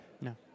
No